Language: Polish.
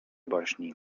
baśni